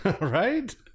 Right